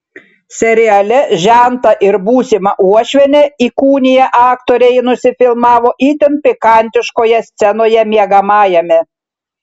seriale žentą ir būsimą uošvienę įkūniję aktoriai nusifilmavo itin pikantiškoje scenoje miegamajame